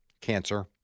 Cancer